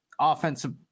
offensive